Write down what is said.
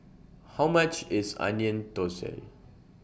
How much IS Onion Thosai